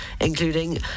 including